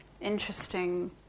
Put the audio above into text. interesting